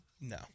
no